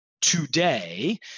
today